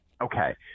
okay